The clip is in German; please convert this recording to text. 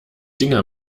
dinger